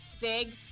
big